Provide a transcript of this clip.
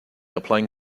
applying